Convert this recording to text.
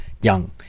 young